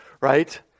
right